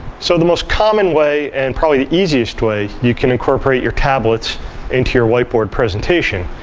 so the most common way, and probably the easiest way you can incorporate your tablets into your whiteboard presentation,